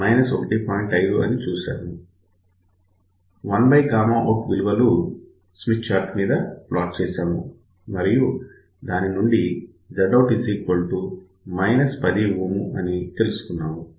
1out విలువలు Smith chart మీద plot చేశాము మరియు దాని నుండి Zout 10 Ω అని తెలుసుకున్నాము